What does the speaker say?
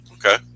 Okay